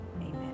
amen